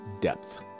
depth